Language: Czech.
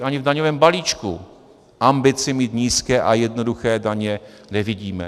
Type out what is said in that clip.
Ani v daňovém balíčku ambici mít nízké a jednoduché daně nevidíme.